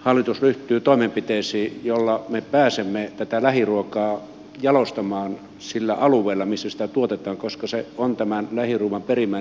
hallitus ryhtyy toimenpiteisiin joilla me pääsemme tätä lähiruokaa jalostamaan sillä alueella missä sitä tuotetaan koska se on tämän lähiruuan perimmäinen idea